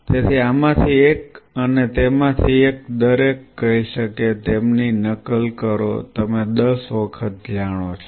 તેથી આમાંથી એક અને તેમાંથી એક દરેક કહેશે કે તેમની નકલ કરો તમે 10 વખત જાણો છો